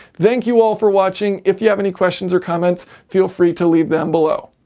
thank you all for watching if you have any questions or comments feel free to leave them below.